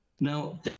Now